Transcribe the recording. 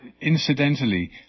Incidentally